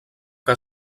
que